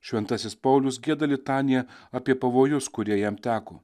šventasis paulius gieda litaniją apie pavojus kurie jam teko